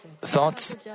thoughts